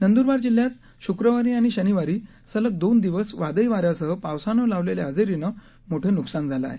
नंदुरबार जिल्ह्यात शुक्रवारी आणि शनिवारी सलग दोन दिवस वादळी वाऱयासह पावसानं लावलेल्या हजेरीनं मोठ नुकसान झालं आहे